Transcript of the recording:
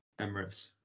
Emirates